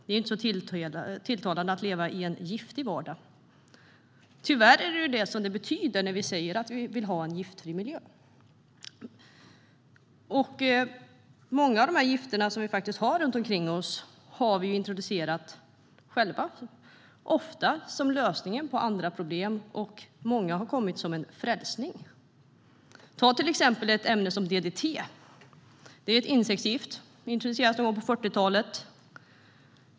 Det är inte så tilltalande att leva i en giftig vardag. Tyvärr är det vad det betyder när vi säger att vi vill ha en giftfri miljö. Många av de gifter vi har runt omkring oss har vi också introducerat själva, ofta som lösningar på andra problem. Många har kommit som en frälsning. Ta till exempel ett ämne som DDT, ett insektsgift som introducerades någon gång på 1940-talet.